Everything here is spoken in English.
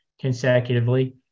consecutively